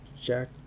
Jack